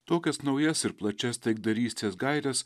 tokias naujas ir plačias taikdarystės gaires